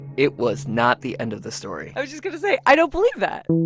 it was not the end of the story i was just going to say, i don't believe that